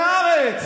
עליך אני מדבר.